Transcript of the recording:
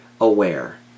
aware